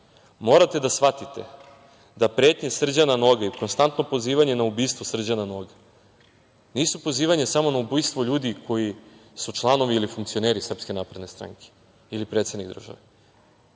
Morate da shvatite da pretnje Srđana Noga i konstantno pozivanje na ubistvo Srđana Noga nisu pozivanja samo na ubistvo ljudi koji su članovi ili funkcioneri SNS ili predsednika države,